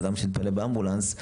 אדם שהתפנה באמבולנס,